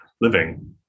living